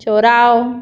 चोराव